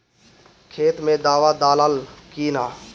खेत मे दावा दालाल कि न?